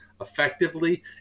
effectively